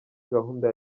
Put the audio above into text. gahunda